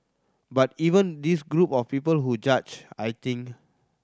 but even this group of people who judge I think